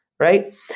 right